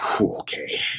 Okay